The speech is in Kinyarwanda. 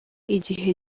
igihe